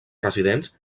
residents